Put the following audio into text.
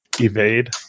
Evade